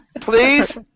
Please